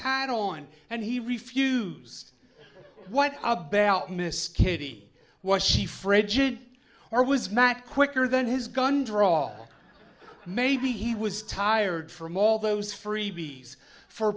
hand on and he refused what a belt miss kitty was she frigid or was matt quicker than his gun draw maybe he was tired from all those freebies for